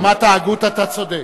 ברמת ההגות אתה צודק.